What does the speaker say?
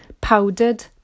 powdered